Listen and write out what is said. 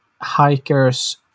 hikers